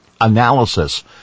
Analysis